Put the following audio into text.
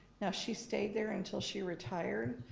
now she stayed there until she retired,